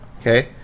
Okay